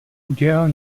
udělal